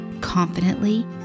confidently